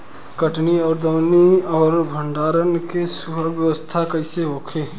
कटनी और दौनी और भंडारण के सुगम व्यवस्था कईसे होखे?